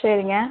சரிங்க